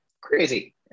crazy